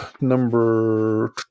Number